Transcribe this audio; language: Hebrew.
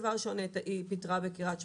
דבר ראשון היא פיטרה בקריית שמונה.